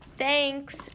Thanks